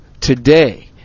today